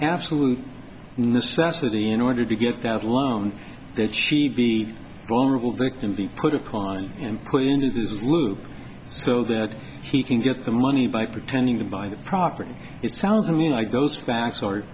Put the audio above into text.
absolute necessity in order to get that loan that she be vulnerable victim be put upon and put into this loop so that he can get the money by pretending to buy the property it sounds to me like those facts